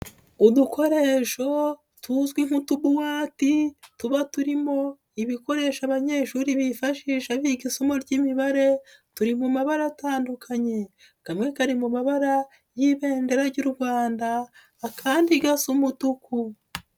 Idukoresho tuzwi nk'utubuwati, tuba turimo ibikoresho abanyeshuri bifashisha biga isomo ry'imibare turi mu mabara atandukanye kamwe kari mu mabara y'ibendera ry'u Rwanda akandi gasa umutuku.